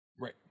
Right